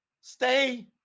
stay